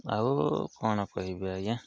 ଆଉ କଣ କହିବି ଆଜ୍ଞା